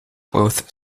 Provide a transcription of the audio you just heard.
both